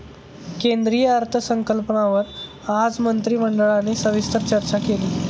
केंद्रीय अर्थसंकल्पावर आज मंत्रिमंडळाने सविस्तर चर्चा केली